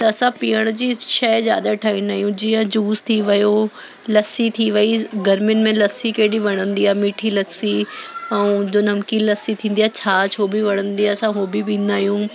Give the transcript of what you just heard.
त असां पीअण जी शइ ज़्यादा ठाहींदा आहियूं जीअं जूस थी वियो लसी थी वई गरमियुनि में लस्सी केॾी वणंदी आहे मीठी लस्सी ऐं जो नमकीन लसी थींदी आहे छाछ उहो बि वणंदी आहे असां उहो बि पींदा आहियूं